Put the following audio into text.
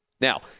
Now